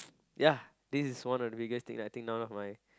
ya this is one of the biggest thing I think none of my